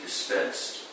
Dispensed